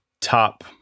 top